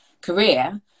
career